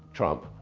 trump,